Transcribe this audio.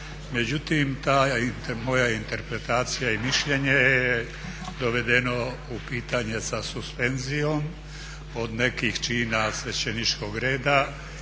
Međutim, ta moja interpretacija i mišljenje je dovedeno u pitanje za suspenzijom od nekih čina svećeničkog reda